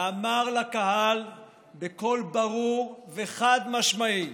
ואמר לקהל בקול ברור וחד-משמעי: